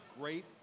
great